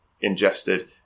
ingested